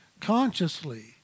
Consciously